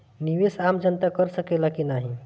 निवेस आम जनता कर सकेला की नाहीं?